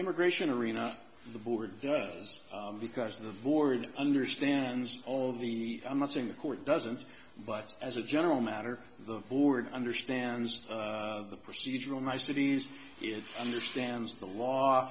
immigration arena the board does because of the board understands all the i'm not saying the court doesn't but as a general matter the board understands the procedural niceties understands the law